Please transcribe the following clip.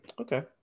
Okay